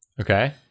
Okay